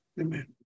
Amen